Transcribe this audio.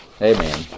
Amen